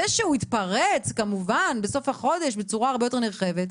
זה שהוא התפרץ כמובן בסוף החודש בצורה הרבה יותר נרחבת,